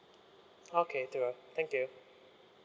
okay thank you